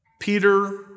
Peter